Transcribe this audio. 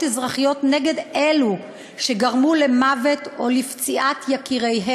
אזרחיות נגד אלו שגרמו למות יקיריהם או לפציעתם.